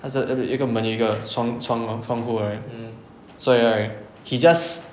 他在那边有一个门有一个窗窗口 right 所以 lai suo yi right he just